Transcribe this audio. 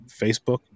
Facebook